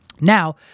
Now